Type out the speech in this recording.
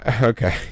Okay